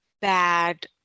bad